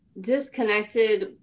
disconnected